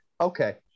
Okay